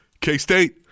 k-state